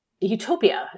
utopia